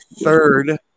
third